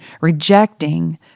rejecting